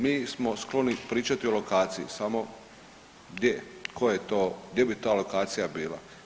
Mi smo skloni pričati o lokaciji, samo gdje, koja je to, gdje bi ta lokacija bila.